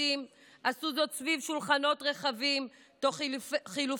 עשו זאת סביב שולחנות רחבים תוך חילופי דעות